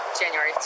January